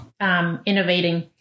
innovating